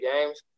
games